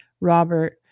Robert